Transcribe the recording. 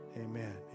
Amen